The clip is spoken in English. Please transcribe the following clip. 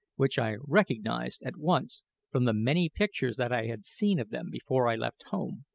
which i recognised at once from the many pictures that i had seen of them before i left home.